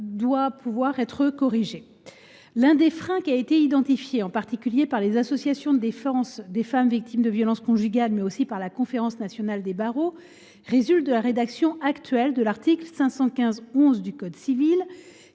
doit donc être corrigé. L’un des freins qui ont été identifiés, en particulier par les associations de défense des femmes victimes de violences conjugales, mais aussi par le Conseil national des barreaux (CNB), résulte de la rédaction actuelle de l’article 515 11 du code civil,